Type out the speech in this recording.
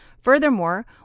Furthermore